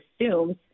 assumes